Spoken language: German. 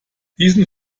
diesen